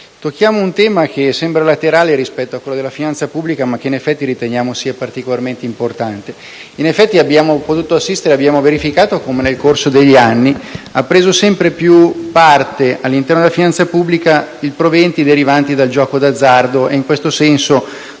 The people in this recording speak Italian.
tocchiamo un tema che sembra laterale rispetto a quello della finanza pubblica, ma che, in effetti, riteniamo sia particolarmente importante. Abbiamo verificato come nel corso degli anni hanno preso sempre più parte, all'interno della finanza pubblica, i proventi derivanti dal gioco d'azzardo (in questo senso,